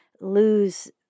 lose